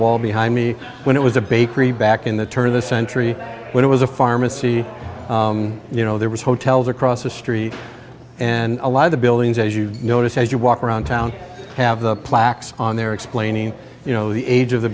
wall behind me when it was a bakery back in the turn of the century when it was a pharmacy you know there was hotels across the street and a lot of the buildings as you noticed as you walk around town have the plaques on there explaining you know the age of the